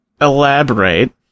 Elaborate